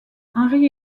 henry